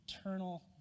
eternal